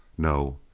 no.